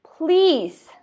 Please